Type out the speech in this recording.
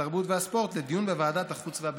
התרבות והספורט לדיון בוועדת החוץ והביטחון.